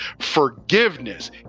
Forgiveness